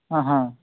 ಹಾಂ ಹಾಂ